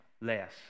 less